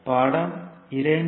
படம் 2